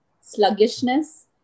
sluggishness